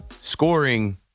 scoring